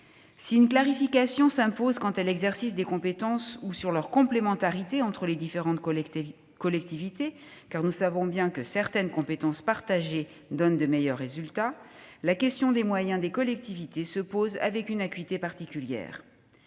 Si une clarification s'impose quant à l'exercice des compétences et la complémentarité des différentes collectivités- car nous savons bien que certaines compétences partagées donnent de meilleurs résultats -, la question des moyens des collectivités se pose avec une acuité particulière.